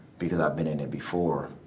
because i've been in it before.